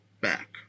back